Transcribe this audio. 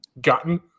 gotten